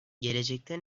gelecekte